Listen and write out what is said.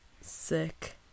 sick